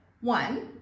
One